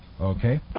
Okay